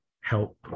help